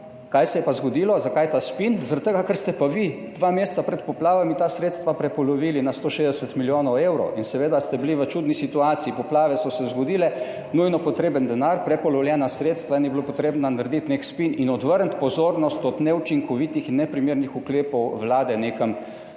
Kaj se je pa zgodilo? Zakaj ta spin? Zaradi tega, ker ste pa vi dva meseca pred poplavami ta sredstva prepolovili na 160 milijonov evrov in seveda ste bili v čudni situaciji. Poplave so se zgodile, nujno potreben denar, prepolovljena sredstva in je bilo treba narediti nek spin in odvrniti pozornost od neučinkovitih in neprimernih ukrepov Vlade nekam